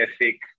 ethic